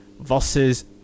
versus